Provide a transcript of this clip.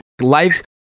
life